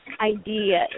idea